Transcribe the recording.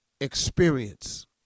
experience